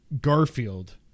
Garfield